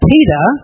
Peter